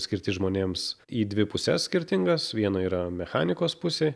skirti žmonėms į dvi puses skirtingas viena yra mechanikos pusė